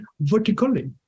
vertically